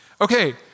Okay